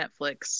Netflix